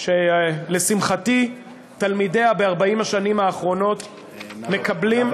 שלשמחתי תלמידיה ב-40 השנים האחרונות מקבלים,